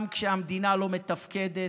גם כשהמדינה לא מתפקדת,